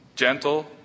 gentle